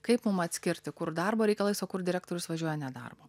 kaip mum atskirti kur darbo reikalais o kur direktorius važiuoja ne darbo